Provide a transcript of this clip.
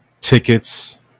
Tickets